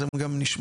אז הן גם נשמעות.